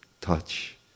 touch